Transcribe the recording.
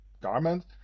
garment